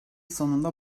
sonunda